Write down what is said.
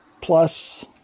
plus